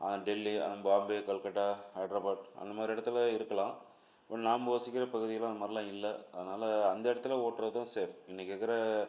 டெல்லி பாம்பே கல்கத்டா ஹைதராபாத் அந்த மாதிரி இடத்துல இருக்கலாம் இப்போ நாம் வசிக்கிற பகுதியிலாம் அந்த மாதிரிலாம் இல்லை அதனால் அந்த இடத்துல ஓட்டுறதும் சேஃப் இன்றைக்கு இருக்கிற